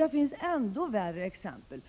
Det finns ännu värre exempel.